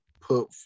put